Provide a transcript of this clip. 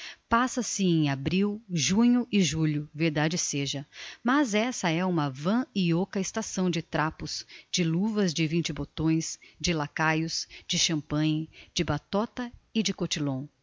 londres passa se em abril junho e julho verdade seja mas essa é uma vã e ôca estação de trapos de luvas de vinte botões de lacaios de champagne de batota e de cotillon